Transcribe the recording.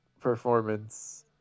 performance